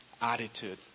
attitude